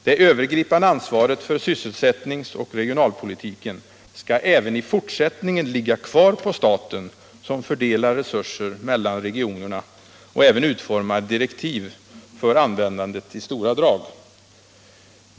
Det övergripande ansvaret för sysselsättningsoch regionalpolitiken skall även i fortsättningen ligga kvar hos staten, som fördelar resurser mellan regionerna och även utformar direktiv för användandet i stora drag.